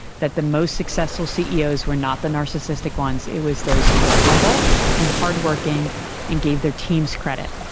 that the most successful ceos were not the narcissistic ones, it was those who were humble and hard-working and gave their teams credit.